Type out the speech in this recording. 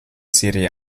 serie